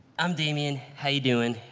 i'm damian, how are you doing?